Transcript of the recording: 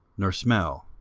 nor smell.